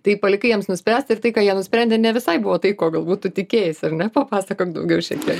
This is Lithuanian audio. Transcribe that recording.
tai palikai jiems nuspręst ir tai ką jie nusprendė ne visai buvo tai ko galbūt tu tikėjais ar ne papasakok daugiau šiek tiek